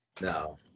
No